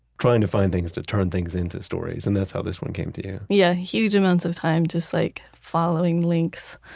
trying to find things to turn things into stories. and that's how this one came to you yeah, huge amounts of time just like following links.